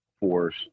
force